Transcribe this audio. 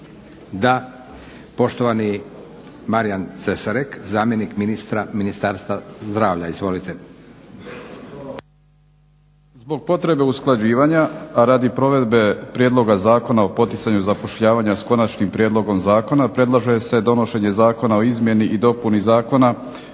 Izvolite. **Cesarik, Marijan** Hvala vam lijepo. Zbog potrebe usklađivanja, a radi provedbe Prijedloga zakona o poticanju zapošljavanja s konačnim prijedlogom zakona predlaže se donošenje Zakona o izmjeni i dopuni Zakona